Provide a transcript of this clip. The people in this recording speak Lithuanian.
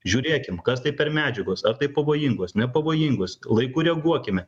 žiūrėkim kas tai per medžiagos ar tai pavojingos nepavojingos laiku reaguokime